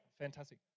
Fantastic